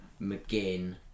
McGinn